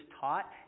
taught